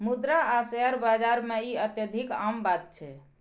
मुद्रा आ शेयर बाजार मे ई अत्यधिक आम बात छै